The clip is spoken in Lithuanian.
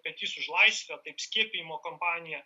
petys už laisvę taip skiepijimo kampanija